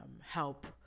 help